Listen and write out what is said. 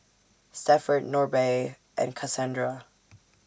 Stafford Norbert and Kasandra